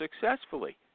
successfully